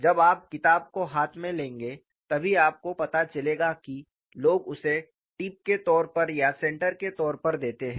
जब आप किताब को हाथ में लेंगे तभी आपको पता चलेगा कि लोग उसे टिप के तौर पर या सेंटर के तौर पर देते हैं